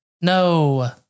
No